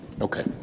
Okay